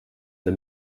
the